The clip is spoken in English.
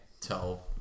tell